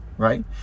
Right